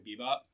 Bebop